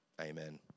Amen